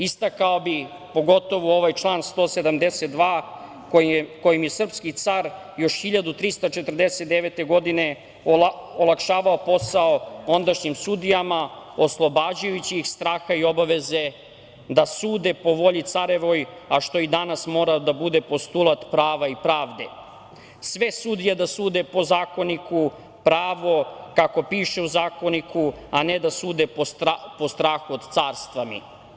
Istakao bih, pogotovo ovaj član 172. kojim je srpski car još 1349. godine olakšavao posao ondašnjim sudijama, oslobađajući ih straha i obaveze da sude po volji carevoj, a što bi i danas morao da bude postulat prava i pravde, sve sudije da sude po zakoniku, pravo kako piše u zakoniku, a ne da sude po strahu od carstva mi.